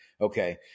Okay